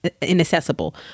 inaccessible